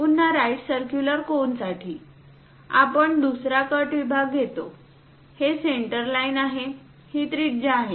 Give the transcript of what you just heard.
पुन्हा right circular कोनसाठी आपण दुसरा कट विभाग घेतो ही सेंटर लाईन आहे ही त्रिज्या आहे